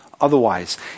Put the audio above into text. otherwise